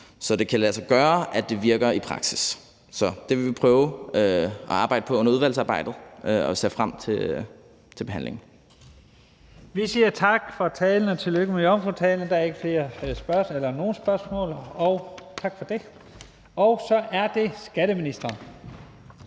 så det kan lade sig gøre, at det virker i praksis. Så det vil vi prøve at arbejde på under udvalgsarbejdet, og vi ser frem til behandlingen. Kl. 14:17 Første næstformand (Leif Lahn Jensen): Vi siger tak for talen, og tillykke med jomfrutalen. Der er ikke nogen spørgsmål. Så er det skatteministeren.